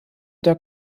der